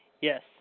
Yes